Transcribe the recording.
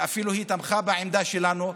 ואפילו היא תמכה בעמדה שלנו.